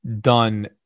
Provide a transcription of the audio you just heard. done